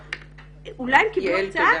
אולי קיבלו הקצאה,